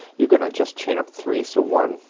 you're gonna just chain up three. so one,